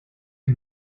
che